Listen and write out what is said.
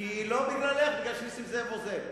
לא בגללך, משום שחבר הכנסת נסים זאב עוזב.